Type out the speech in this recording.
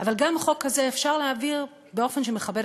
אבל גם חוק כזה אפשר להעביר באופן שמכבד